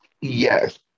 Yes